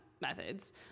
methods